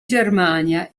germania